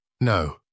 No